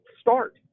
start